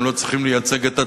הם לא צריכים לייצג את עצמם.